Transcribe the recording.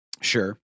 sure